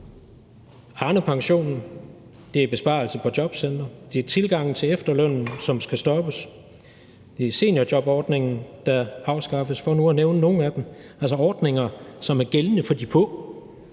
Arnepensionen, det er besparelse på jobcentre, det er tilgangen til efterlønnen, som skal stoppes, og det er seniorjobordningen, der afskaffes, for nu at nævne nogle af dem, altså ordninger, som er gældende for de få,